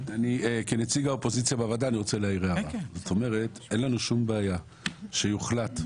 אין לנו שום בעיה,